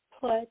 put